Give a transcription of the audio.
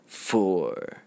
Four